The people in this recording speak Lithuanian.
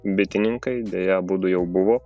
bitininkai deja abudu jau buvo